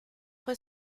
fue